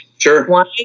Sure